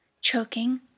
choking